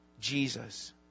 Jesus